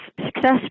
success